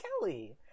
kelly